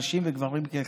נשים וגברים כאחד.